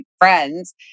friends